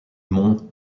mons